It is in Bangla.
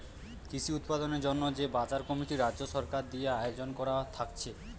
কৃষি উৎপাদনের জন্যে যে বাজার কমিটি রাজ্য সরকার দিয়ে আয়জন কোরা থাকছে